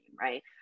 right